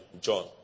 John